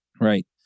right